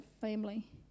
family